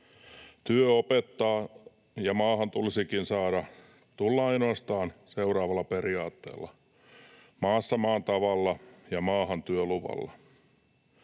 Työ opettaa, ja maahan tulisikin saada tulla ainoastaan seuraavalla periaatteella: maassa maan tavalla, ja maahan työluvalla.